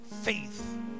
faith